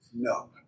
no